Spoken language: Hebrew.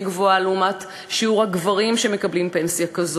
גבוהה לעומת שיעור הגברים שמקבלים פנסיה כזאת.